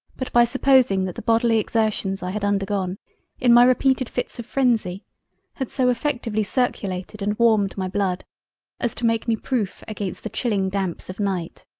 but by supposing that the bodily exertions i had undergone in my repeated fits of frenzy had so effectually circulated and warmed my blood as to make me proof against the chilling damps of night,